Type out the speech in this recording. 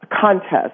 contest